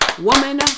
Woman